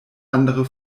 andere